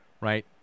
right